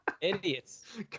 idiots